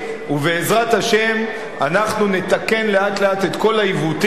ובעזרת השם אנחנו נתקן לאט-לאט את כל העיוותים,